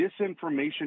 disinformation